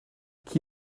qui